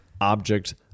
object